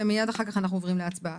ומיד אחר כך אנחנו עוברים להצבעה: